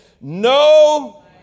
no